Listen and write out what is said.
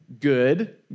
Good